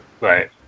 right